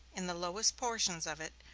in the lowest portions of it,